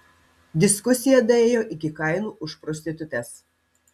diskusija daėjo iki kainų už prostitutes